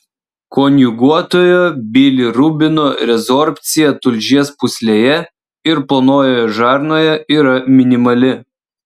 konjuguotojo bilirubino rezorbcija tulžies pūslėje ir plonojoje žarnoje yra minimali